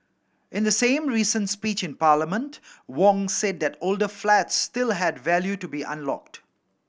in the same recent speech in Parliament Wong said that older flats still had value to be unlocked